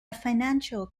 financial